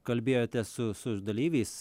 kalbėjote su su dalyviais